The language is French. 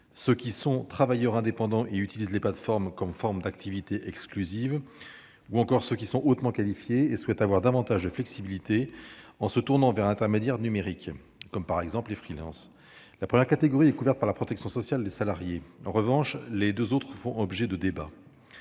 ceux qui sont travailleurs indépendants et utilisent les plateformes comme forme d'activité exclusive et ceux qui sont hautement qualifiés et souhaitent bénéficier de davantage de flexibilité en se tournant vers un intermédiaire numérique, comme les. La première de ces catégories est couverte par la protection sociale des salariés. En revanche, les deux autres font l'objet de débats.